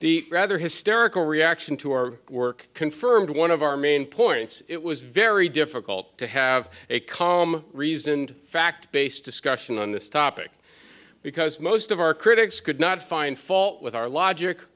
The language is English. the rather hysterical reaction to our work confirmed one of our main points it was very difficult to have a calm reasoned fact based discussion on this topic because most of our critics could not find fault with our logic